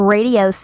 Radio